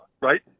right